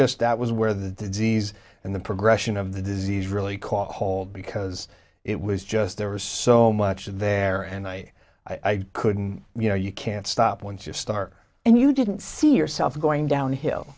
just that was where the disease and the progression of the disease really caught hold because it was just there was so much there and i i couldn't you know you can't stop once you start and you didn't see yourself going downhill